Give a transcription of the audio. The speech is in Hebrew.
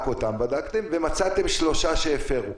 רק אותם בדקתם ומצאתם שלושה שהפרו.